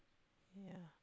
yeah